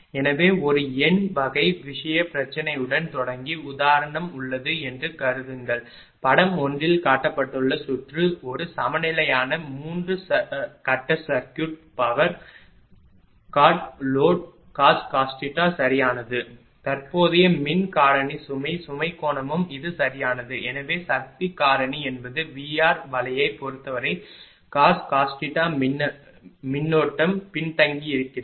எனவே ஒரு எண் வகை விஷயப் பிரச்சனையுடன் தொடங்கி உதாரணம் உள்ளது என்று கருதுங்கள் படம் 1 இல் காட்டப்பட்டுள்ள சுற்று ஒரு சமநிலையான மூன்று கட்ட சர்க்யூட் பவர் கார்ட் லோட் cos சரியானது தற்போதைய மின் காரணி சுமை சுமை கோணமும் இது சரியானது எனவே சக்தி காரணி என்பது VR வலையைப் பொறுத்தவரை cos மின்னோட்டம் பின்தங்கியிருக்கிறது